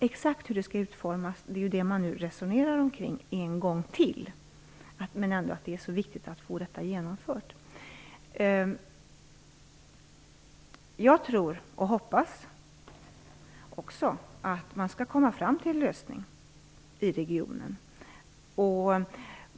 Exakt hur det skall utformas resonerar man nu om en gång till. Men det är viktigt att få detta genomfört. Jag tror och hoppas att man skall komma fram till en lösning i regionen.